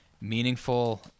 meaningful